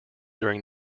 during